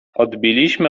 odbiliśmy